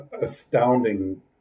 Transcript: astounding